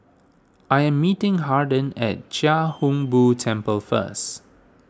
I am meeting Harden at Chia Hung Boo Temple first